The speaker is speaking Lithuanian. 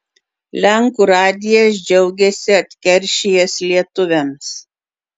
lenkų radijas džiaugiasi atkeršijęs lietuviams